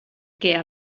què